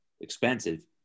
expensive